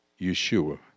Yeshua